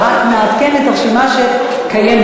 אני רק מעדכנת את הרשימה שקיימת.